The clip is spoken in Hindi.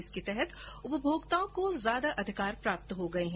इसके तहत उपभोक्ताओं को ज्यादा अधिकार प्राप्त हो गये हैं